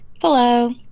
Hello